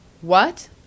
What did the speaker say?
What